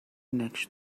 نقش